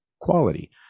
quality